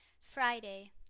Friday